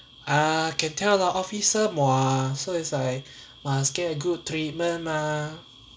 ah can tell the officer [what] so it's Iike must get good treatment mah